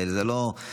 זה לא, זה נכון.